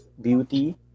beauty